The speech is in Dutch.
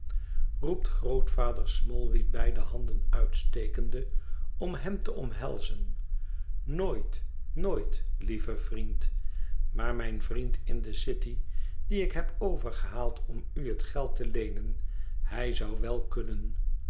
roept grootvader smallweed beide handen uitstekende om hem te omhelzen nooit nooit lieve vriend maar mijn vriend in de city dien ik heb overgehaald om u het geld te leenen hij zou wel kunnen